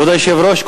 כבוד היושב-ראש,